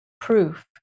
proof